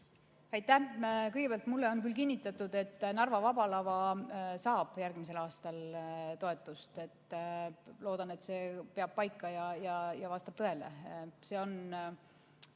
Aitäh! Kõigepealt, mulle on kinnitatud, et Narva Vaba Lava saab järgmisel aastal toetust. Loodan, et see peab paika, vastab tõele. See on